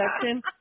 section